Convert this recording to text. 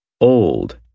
old